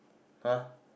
[huh]